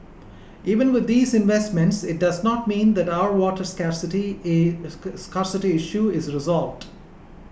even with these investments it does not mean that our water scarcity scarcity issue is resolved